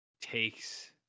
takes